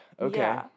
Okay